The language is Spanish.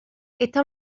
esta